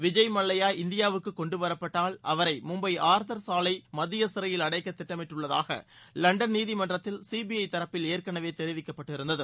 விஜய் மல்லையா இந்தியாவுக்கு கொண்டுவரப்பட்டால் அவரை மும்பை ஆர்தர் சாலை மத்திய சிறையில் அடைக்க திட்டமிட்டுள்ளதாக லண்டன் நீதிமன்றத்தில் சிபிஐ தரப்பில் ஏற்கனவே தெரிவிக்கப்பட்டிருந்தது